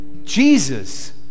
Jesus